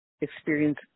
experience